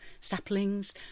saplings